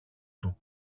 του